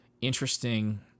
interesting